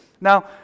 Now